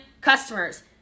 customers